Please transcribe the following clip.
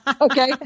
Okay